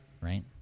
Right